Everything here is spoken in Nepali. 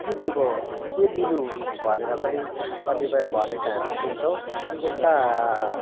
कि दिबो के दिनु भनेर पनि कतिपय भनेका हामी सुन्छौँ यस्ता